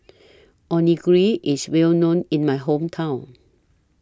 Onigiri IS Well known in My Hometown